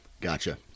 Gotcha